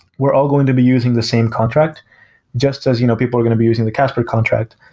we're all going to be using the same contract just as you know people are going to be using the casper contract.